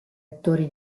attori